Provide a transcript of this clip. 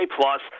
plus